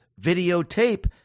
videotape